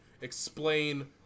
explain